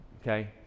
okay